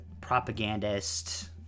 propagandist